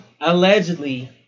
allegedly